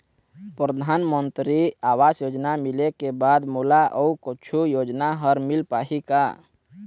परधानमंतरी आवास योजना मिले के बाद मोला अऊ कुछू योजना हर मिल पाही का?